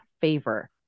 favor